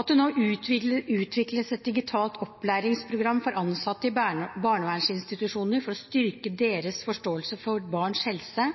At det nå utvikles et digitalt opplæringsprogram for ansatte i barnevernsinstitusjonene for å styrke deres forståelse for barns helse,